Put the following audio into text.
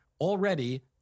already